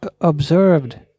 observed